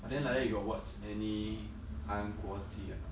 but then like that you got watch any 韩国戏 or not